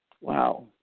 Wow